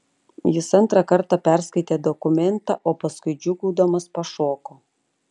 jis antrą kartą perskaitė dokumentą o paskui džiūgaudamas pašoko